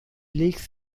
leaks